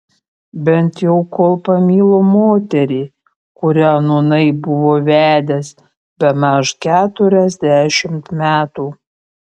bent jau kol pamilo moterį kurią nūnai buvo vedęs bemaž keturiasdešimt metų